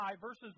verses